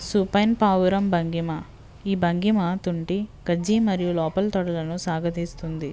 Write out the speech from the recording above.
supine పావురం భంగిమ ఈ భంగిమ తుంటి గజ్జి మరియు లోపల తొడలను సాగదీస్తుంది